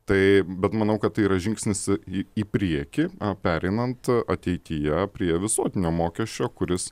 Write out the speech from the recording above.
tai bet manau kad tai yra žingsnis į į priekį pereinant ateityje prie visuotinio mokesčio kuris